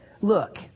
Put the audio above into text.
Look